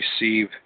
receive